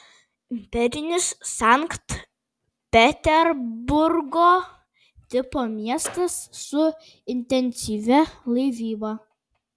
imperinis sankt peterburgo tipo miestas su intensyvia laivyba